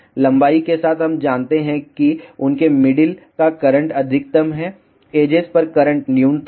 लंबाई के साथ हम जानते हैं कि उनके मिडिल का करंट अधिकतम है एजेस पर करंट न्यूनतम है